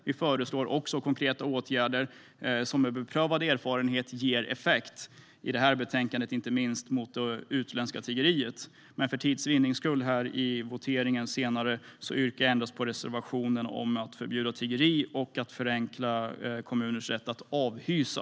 Vi föreslår också konkreta åtgärder som är beprövade och som man av erfarenhet vet ger effekt, i detta betänkande inte minst mot det utländska tiggeriet. För tids vinnande i voteringen yrkar jag dock bifall endast till reservationen om att förbjuda tiggeri och att förenkla kommuners rätt att avhysa.